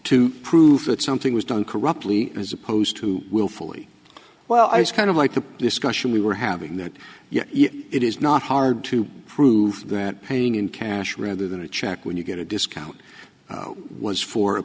to prove that something was done corruptly as opposed to willfully well i was kind of like the discussion we were having that it is not hard to prove that paying in cash rather than a check when you get a discount was for a